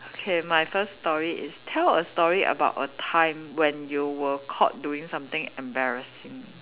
okay my first story is tell a story about a time when you were caught doing something embarrassing